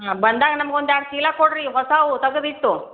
ಹಾಂ ಬಂದಾಗ ನಮ್ಗೆ ಒಂದು ಎರ್ಡು ಚೀಲ ಕೊಡ್ರಿ ಹೊಸದು ತೆಗೆದಿಟ್ಟು